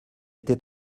était